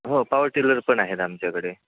हो power tiller पण आहेत आमच्याकडे